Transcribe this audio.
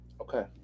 Okay